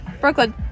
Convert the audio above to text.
Brooklyn